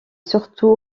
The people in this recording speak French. surtout